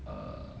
err